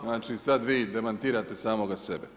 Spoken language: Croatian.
Znači sad vi demantirate samoga sebe.